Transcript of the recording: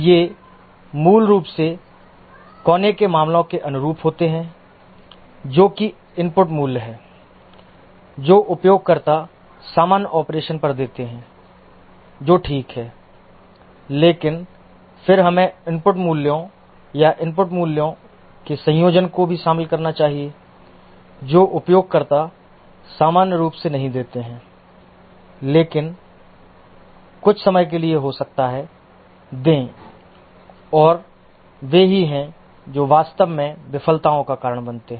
ये मूल रूप से कोने के मामलों के अनुरूप होते हैं जो कि इनपुट मूल्य है जो उपयोगकर्ता सामान्य ऑपरेशन पर देते हैं जो ठीक है लेकिन फिर हमें इनपुट मूल्यों या इनपुट मूल्यों के संयोजन को भी शामिल करना चाहिए जो उपयोगकर्ता सामान्य रूप से नहीं देते हैं लेकिन कुछ समय के लिए हो सकता है दे और वे ही हैं जो वास्तव में विफलताओं का कारण बनते हैं